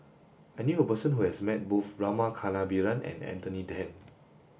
I knew a person who has met both Rama Kannabiran and Anthony Then